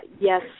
yes